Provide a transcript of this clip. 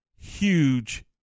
huge